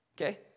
okay